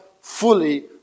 fully